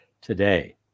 today